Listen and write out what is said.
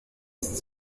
ist